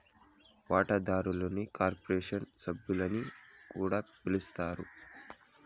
వాటాదారుల్ని కార్పొరేషన్ సభ్యులని కూడా పిలస్తారు